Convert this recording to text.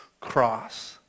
cross